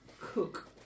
cook